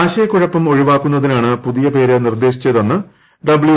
ആശയക്കുഴപ്പം ഒഴിവാക്കുന്നതിനാണ്ട് പുതിയ പേര് നിർദ്ദേശിച്ചതെന്ന് ഡബ്ളിയു